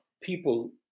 people